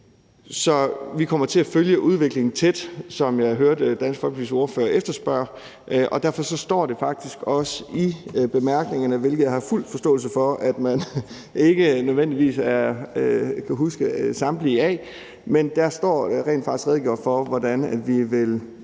Så vi kommer til at følge udviklingen tæt, hvilket jeg hørte Dansk Folkepartis ordfører efterspørge, og derfor står det faktisk også i bemærkningerne, som jeg har fuld forståelse for at man ikke nødvendigvis kan huske samtlige af; dér er der rent faktisk redegjort for, hvordan vi om